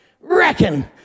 Reckon